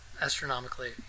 astronomically